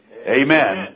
Amen